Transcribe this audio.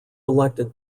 elected